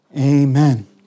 Amen